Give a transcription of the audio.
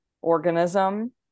organism